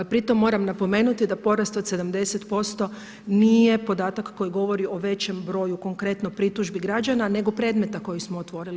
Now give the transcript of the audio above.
Pri tom moram napomenuti da porast od 70% nije podatak koji govori o većem broju konkretno pritužbi građana nego predmeta koje smo otvorili.